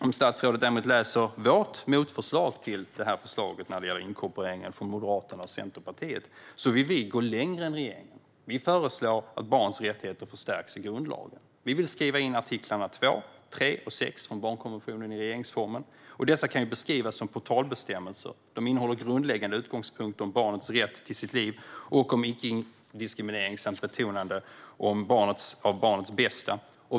Om statsrådet däremot läser motförslaget från Moderaterna och Centerpartiet när det gäller förslaget om inkorporering ser hon att vi vill gå längre än regeringen. Vi föreslår att barns rättigheter förstärks i grundlagen. Vi vill skriva in artiklarna 2, 3 och 6 från barnkonventionen i regeringsformen. Dessa kan beskrivas som totalbestämmelser - de innehåller grundläggande utgångspunkter om barnets rätt till sitt liv och om icke-diskriminering samt ett betonande av barnets bästa.